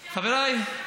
חבריי,